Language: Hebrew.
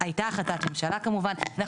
הייתה החלטת ממשלה כמובן.